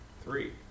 Three